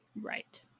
Right